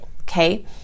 okay